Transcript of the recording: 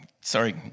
Sorry